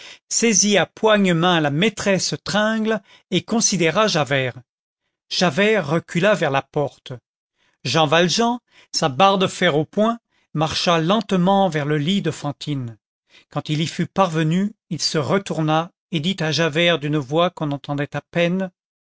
saisit à poigne main la maîtresse tringle et considéra javert javert recula vers la porte jean valjean sa barre de fer au poing marcha lentement vers le lit de fantine quand il y fut parvenu il se retourna et dit à javert d'une voix qu'on entendait à peine